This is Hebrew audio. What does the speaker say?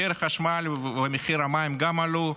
גם מחיר החשמל ומחיר המים עלו,